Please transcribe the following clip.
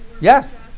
Yes